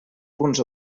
punts